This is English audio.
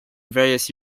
various